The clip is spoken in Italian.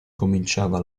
cominciava